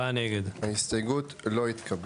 הצבעה בעד 3 נגד 4 ההסתייגות לא התקבלה.